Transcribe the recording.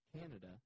Canada